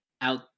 out